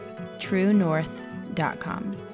TrueNorth.com